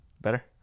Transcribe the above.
better